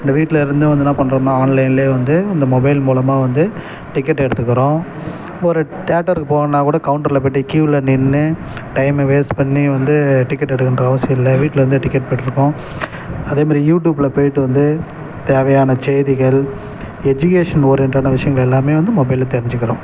என் வீட்டில் இருந்து வந்து என்ன பண்றோன்னால் ஆன்லைனில் வந்து அந்த மொபைல் மூலமாக வந்து டிக்கெட் எடுத்துக்கறோம் ஒரு தேட்டருக்கு போகணுனா கூட கவுண்டரில் போயிட்டு கீயூவில் நின்று டைமை வேஸ்ட் பண்ணி வந்து டிக்கெட் எடுக்கின்ற அவசியம் இல்லை வீட்டிலருந்தே டிக்கெட் பெற்றுக்கோம் அதேமாரி யூடுபில் போயிட்டு வந்து தேவையான செய்திகள் எஜுகேஷன் ஓரியன்ட்டான விஷயங்கள் எல்லாமே வந்து மொபைலில் தெரிஞ்சிக்கிறோம்